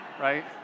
right